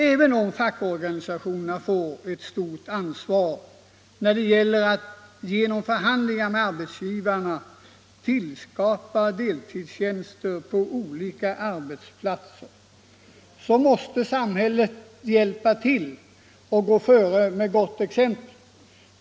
Även om fackorganisationerna får ett stort ansvar när det gäller att genom förhandlingar med arbetsgivarna tillskapa deltidstjänster på arbetsplatserna måste samhället ändå hjälpa till och gå före med gott exempel.